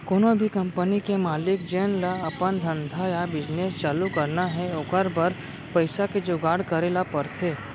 कोनो भी कंपनी के मालिक जेन ल अपन धंधा या बिजनेस चालू करना हे ओकर बर पइसा के जुगाड़ करे ल परथे